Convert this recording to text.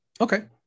Okay